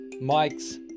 Mike's